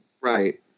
Right